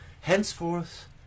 henceforth